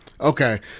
Okay